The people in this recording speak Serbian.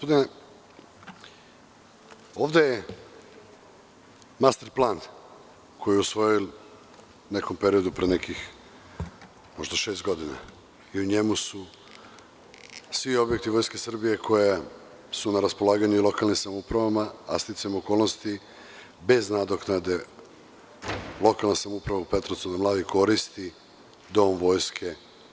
Ovde je master plan koji je usvojen u nekom periodu pre nekih možda šest godina i u njemu su svi objekti Vojske Srbije koji su na raspolaganju i lokalnim samoupravama, a sticajem okolnosti, bez nadoknade, lokalna samouprava u Petrovcu na Mlavi koristi Dom Vojske.